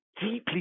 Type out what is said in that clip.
deeply